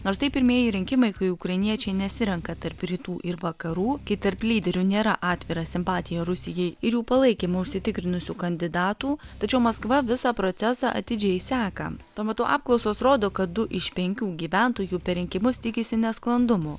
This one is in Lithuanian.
nors tai pirmieji rinkimai kai ukrainiečiai nesirenka tarp rytų ir vakarų kai tarp lyderių nėra atvira simpatija rusijai ir jų palaikymu užsitikrinusių kandidatų tačiau maskva visą procesą atidžiai seka tuo metu apklausos rodo kad du iš penkių gyventojų per rinkimus tikisi nesklandumų